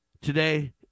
today